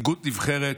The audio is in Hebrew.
מנהיגות נבחרת,